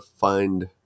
find